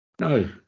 No